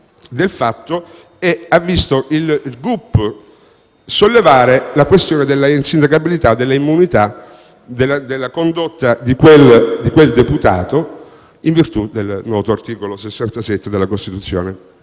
del caso e il gup ha sollevato la questione della insindacabilità e dell'immunità per la condotta di quel deputato in virtù del noto articolo 68 della Costituzione.